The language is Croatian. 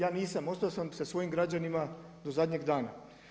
Ja nisam, ostao sam sa svojim građanima, do zadnjeg dana.